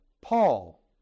Paul